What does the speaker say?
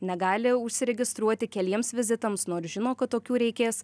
negali užsiregistruoti keliems vizitams nors žino kad tokių reikės